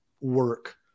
work